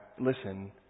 Listen